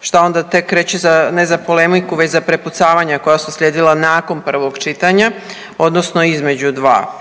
šta onda tek reći ne za polemiku već za prepucavanja koja su uslijedila nakon prvog čitanja, odnosno između dva.